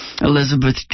Elizabeth